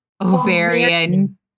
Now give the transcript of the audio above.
ovarian